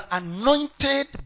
anointed